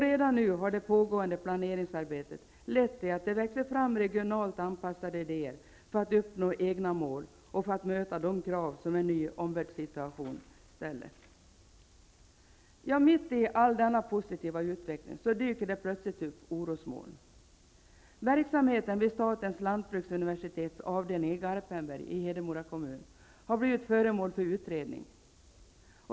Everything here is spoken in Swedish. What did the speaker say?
Redan nu har det pågående planeringsarbetet lett till att det växer fram regionalt anpassade idéer för att uppnå egna mål och för att möta de krav som en ny omvärldssituation ställer. Mitt i all denna positiva utveckling dyker det plötsligt upp orosmoln. Verksamheten vid statens lantbruksuniversitets avdelning i Garpenberg, i Hedemora kommun, har blivit föremål för utredning.